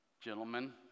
gentlemen